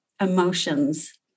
emotions